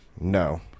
No